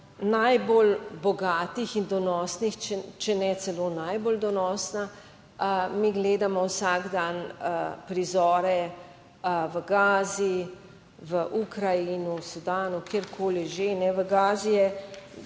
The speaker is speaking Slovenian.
najbolj bogatih in donosnih, če ne celo najbolj donosna, gledamo vsak dan prizore v Gazi, Ukrajini, Sudanu, kjerkoli že. V Gazi je